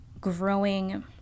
growing